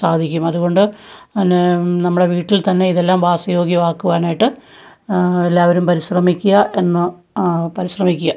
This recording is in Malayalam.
സാധിക്കും അതുകൊണ്ട് അന്നേ നമ്മുടെ വീട്ടിൽത്തന്നെ ഇതെല്ലാം വാസയോഗ്യമാക്കുവാനായിട്ട് എല്ലാവരും പരിശ്രമിക്കുക എന്ന് പരിശ്രമിക്കുക